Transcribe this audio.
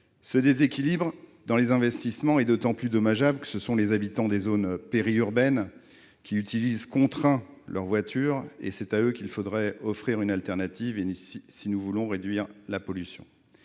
Ce déséquilibre dans les investissements est d'autant plus dommageable que ce sont les habitants des zones périurbaines qui utilisent, parce qu'ils y sont contraints, leur voiture. C'est à eux qu'il faudrait offrir une alternative si nous voulons réduire la pollution.